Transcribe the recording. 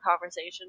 conversation